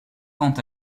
quant